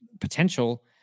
potential